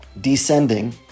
descending